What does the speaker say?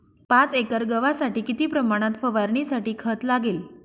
पाच एकर गव्हासाठी किती प्रमाणात फवारणीसाठी खत लागेल?